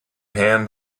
hand